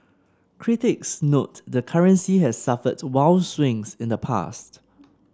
critics note the currency has suffered wild swings in the past